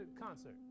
concert